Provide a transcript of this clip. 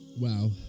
Wow